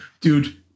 dude